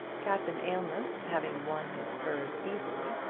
captain aylmer having won his spurs easily,